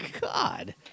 God